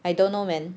I don't know man